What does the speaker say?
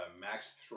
Max